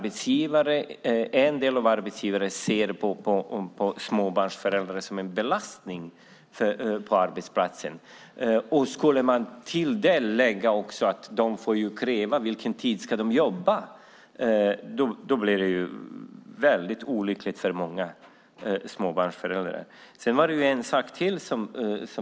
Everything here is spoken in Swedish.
En del arbetsgivare ser på småbarnsföräldrar som en belastning på arbetsplatsen. Om man till det lägger att de får kräva vilken tid de vill jobba blir det väldigt olyckligt för många småbarnsföräldrar.